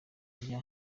rya